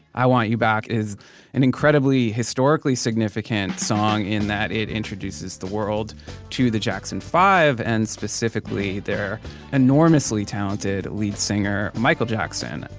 i want you back is an incredibly historically significant song in that it introduces the world to the jackson five. and specifically they're enormously talented lead singer michael jackson and